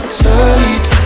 tight